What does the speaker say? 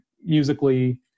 musically